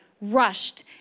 rushed